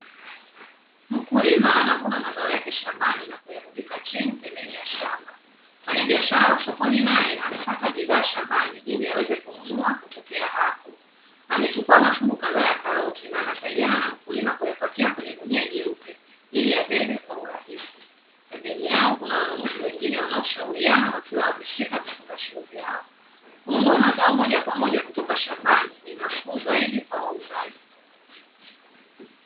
Mkulima anavuna mazao yake shambani na kuyarundika chini pembeni ya shamba. Mfanyabiashara wa sokoni naye amefata bidhaa shambani, ili aweze kununua kutokea hapo. Amechukua mafungu kadhaa ya karoti na anasaidiana na mkulima kuyapakia kwenye gunia jeupe, ili abebe kwa urahisi. Pembeni yao kuna wanunuzi wengine wanaoshauriana wakiwa wameshika vifungashio vyao. Kununua mazao moja kwa moja kutoka shambani, ni nafuu zaidi kwa wauzaji.